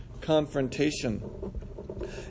confrontation